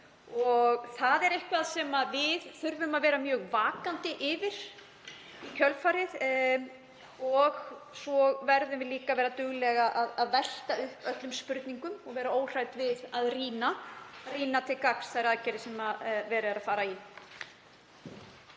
Það er eitthvað sem við þurfum að vera mjög vakandi yfir í kjölfarið og svo verðum við líka að vera dugleg að velta upp öllum spurningum og vera óhrædd við að rýna til gagns þær aðgerðir sem verið er að fara í.